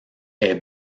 est